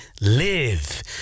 live